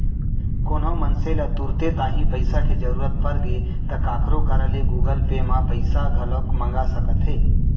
कोनो मनसे ल तुरते तांही पइसा के जरूरत परगे ता काखरो करा ले गुगल पे म पइसा घलौक मंगा सकत हे